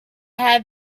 had